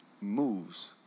moves